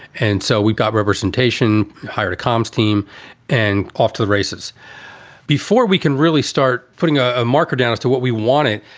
and so we've got substation hired comms team and off to the races before we can really start putting a marker down as to what we wanted.